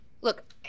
Look